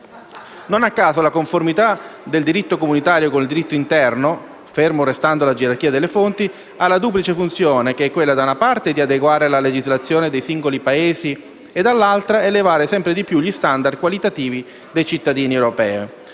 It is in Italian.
Non a caso, la conformità del diritto comunitario con il diritto interno - ferma restando la gerarchia delle fonti - ha la duplice funzione da una parte di adeguare la legislazione dei singoli Paesi membri e, dall'altra, di elevare sempre di più gli *standard* qualitativi dei cittadini europei.